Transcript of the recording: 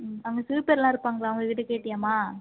ம் அங்கே பில்ப்பர்லாம் இருப்பாங்களே அவங்கள் கிட்ட கேட்டியாமா